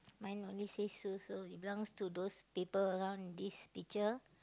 mine only says Sue so it belongs to those people around in this picture